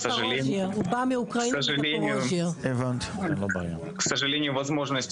הסיפור הוא מאוד פשוט,